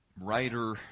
writer